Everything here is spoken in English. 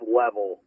level